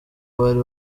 bari